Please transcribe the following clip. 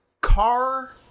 Car